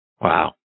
Wow